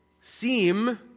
seem